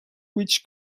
which